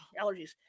allergies